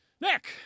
Nick